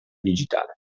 digitale